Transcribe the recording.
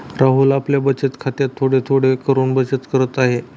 राहुल आपल्या बचत खात्यात थोडे थोडे करून बचत करत आहे